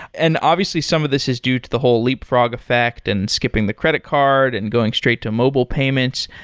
and obviously, some of this is due to the whole leapfrog effect and skipping the credit card and going straight to mobile payments.